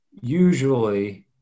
usually